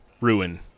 ruin